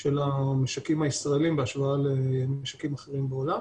של המשקים הישראליים בהשוואה למשקים אחרים בעולם.